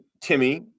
Timmy